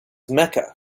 mecca